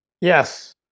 Yes